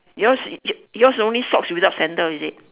yours yours only socks without sandal is it